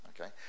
Okay